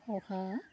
অহা